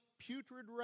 putrid